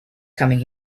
coming